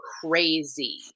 crazy